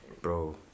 Bro